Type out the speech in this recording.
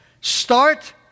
start